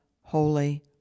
Holy